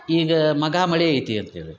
ಈಗ ಮಖಾ ಮಳೆ ಐತಿ ಅಂತ ಹೇಳಿ